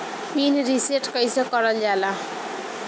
Pin reset कईसे करल जाला?